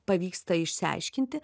pavyksta išsiaiškinti